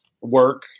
work